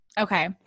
Okay